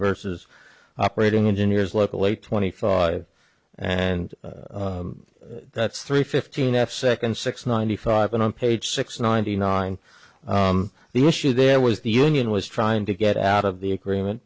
versus operating engineers local eight twenty five and that's three fifteen f second six ninety five and on page six ninety nine the issue there was the union was trying to get out of the agreement